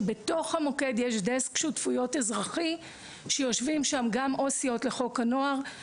שבתוך המוקד יש דסק שותפויות אזרחי שיושבים שם גם עו"סיות לחוק הנוער,